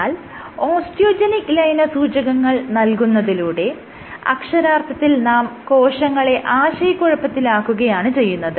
എന്നാൽ ഓസ്റ്റിയോജെനിക് ലയനസൂചകങ്ങൾ നൽകുന്നതിലൂടെ അക്ഷരാർത്ഥത്തിൽ നാം കോശങ്ങളെ ആശയകുഴപ്പത്തിലാക്കുകയാണ് ചെയ്യുന്നത്